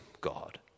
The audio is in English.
God